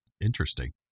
interesting